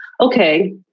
okay